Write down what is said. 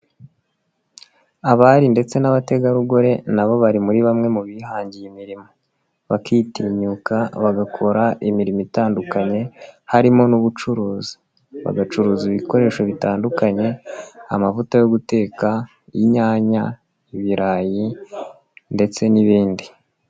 Abari ndetse n'abategarugori na bo bari muri bamwe mu bihangiye imirimo, bakitinyuka bagakora imirimo itandukanye harimo n'ubucuruzi, bagacuruza ibikoresho bitandukanye amavuta yo guteka, inyanya, ibirayi ndetse n'ibindi.